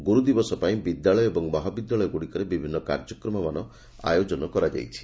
ଗୁରୁଦିବସ ପାଇଁ ବିଦ୍ୟାଳୟ ମହାବିଦ୍ୟାଳୟଗୁଡ଼ିକରେ ବିଭିନୁ କାର୍ଯ୍ୟକ୍ରମମାନ ଆୟୋଜନ କରାଯାଇଛି